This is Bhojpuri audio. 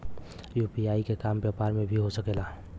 यू.पी.आई के काम व्यापार में भी हो सके ला?